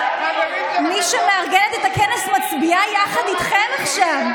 מי שמארגנת את הכנס מצביעה יחד איתכם עכשיו.